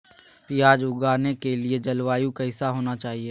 प्याज उगाने के लिए जलवायु कैसा होना चाहिए?